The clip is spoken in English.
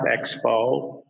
expo